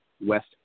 West